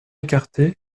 écartées